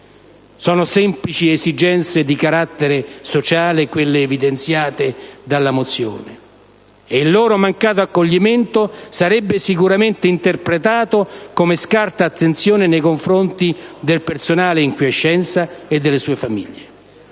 Sono semplici esigenze di carattere sociale quelle evidenziate dalla mozione ed il loro mancato accoglimento sarebbe sicuramente interpretato come scarsa attenzione nei confronti del personale in quiescenza e delle sue famiglie.